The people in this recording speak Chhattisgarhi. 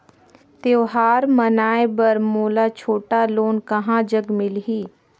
त्योहार मनाए बर मोला छोटा लोन कहां जग मिलही?